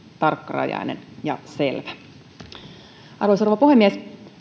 tarkkarajainen ja selvä arvoisa rouva puhemies